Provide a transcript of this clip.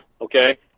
okay